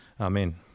Amen